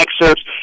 excerpts